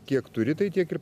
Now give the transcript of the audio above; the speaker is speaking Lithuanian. kiek turi tai tiek ir